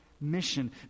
mission